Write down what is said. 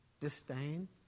disdain